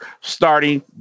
starting